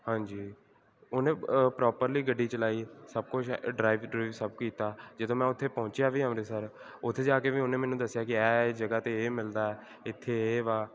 ਹਾਂਜੀ ਉਹਨੇ ਪ੍ਰੋਪਰਲੀ ਗੱਡੀ ਚਲਾਈ ਸਭ ਕੁਝ ਡਰਾਈਵ ਡਰੁਈਵ ਸਭ ਕੀਤਾ ਜਦੋਂ ਮੈਂ ਉੱਥੇ ਪਹੁੰਚਿਆ ਵੀ ਅੰਮ੍ਰਿਤਸਰ ਉੱਥੇ ਜਾ ਕੇ ਵੀ ਉਹਨੇ ਮੈਨੂੰ ਦੱਸਿਆ ਕਿ ਇਹ ਇਹ ਜਗ੍ਹਾ 'ਤੇ ਇਹ ਮਿਲਦਾ ਇੱਥੇ ਇਹ ਵਾ